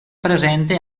presente